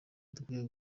dukwiye